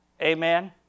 Amen